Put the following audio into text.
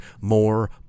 more